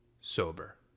sober